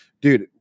dude